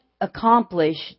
accomplished